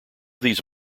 these